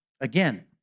Again